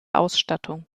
ausstattung